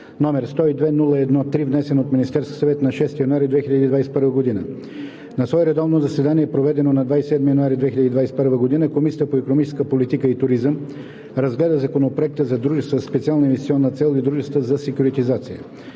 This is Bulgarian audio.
№ 102-01-3, внесен от Министерския съвет на 6 януари 2021 г. На свое редовно заседание, проведено на 27 януари 2021 г., Комисията по икономическа политика и туризъм разгледа Законопроекта за дружествата със специална инвестиционна цел и дружествата за секюритизация.